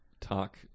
talk